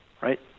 right